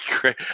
great